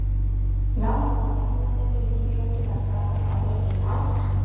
gal malonėtumėte velniai griebtų bent kartą pavertėjaut